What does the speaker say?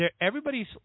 everybody's